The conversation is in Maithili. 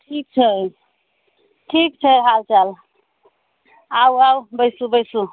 ठीक छै ठीक छै हाल चाल आउ आउ बैसू बैसू